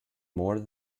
more